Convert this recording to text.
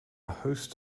host